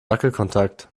wackelkontakt